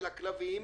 נזרקים לכלבים,